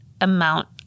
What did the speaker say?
amount